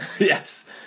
Yes